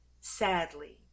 Sadly